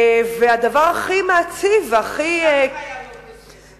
והדבר הכי מעציב והכי, הוא גם היה לא בסדר.